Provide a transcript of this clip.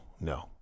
no